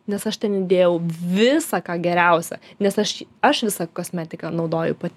nes aš ten įdėjau visa ką geriausia nes aš aš visą kosmetiką naudoju pati